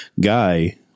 Guy